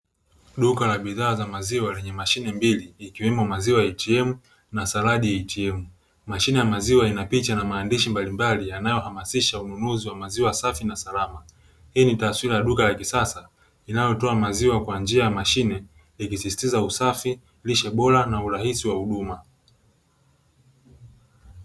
Duka la maziwa lenye mashine mbili, ikiwemo "maziwa ATM" na "saladi ATM". Mashine ya maziwa ina picha na maandishi mbalimbali yanayohamasisha ununuzi wa maziwa safi na salama. Hii ni taswira ya duka la kisasa inayotoa maziwa kwa njia ya mashine, ikisisitiza usafi, lishe bora na urahisi wa huduma.